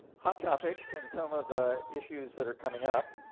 hot topics and some of the issues that are coming up.